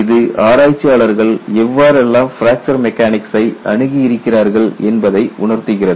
இது ஆராய்ச்சியாளர்கள் எவ்வாறெல்லாம் பிராக்சர் மெக்கானிக்ஸ்சை அணுகியிருக்கிறார்கள் என்பதை உணர்த்துகிறது